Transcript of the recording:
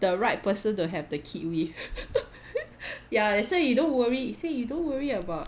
the right person to have the kid with ya that's why you don't worry you see you don't worry about